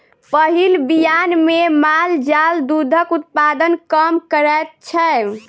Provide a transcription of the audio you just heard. पहिल बियान मे माल जाल दूधक उत्पादन कम करैत छै